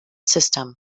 system